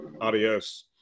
adios